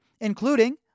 including